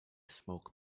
smoke